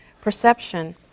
Perception